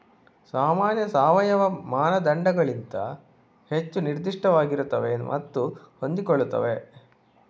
ಸಾಮಾನ್ಯ ಸಾವಯವ ಮಾನದಂಡಗಳಿಗಿಂತ ಹೆಚ್ಚು ನಿರ್ದಿಷ್ಟವಾಗಿರುತ್ತವೆ ಮತ್ತು ಹೊಂದಿಕೊಳ್ಳುತ್ತವೆ